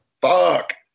fuck